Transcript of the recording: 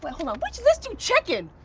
wait hold on, which list you checking?